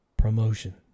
promotion